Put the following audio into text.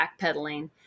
backpedaling